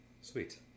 Sweet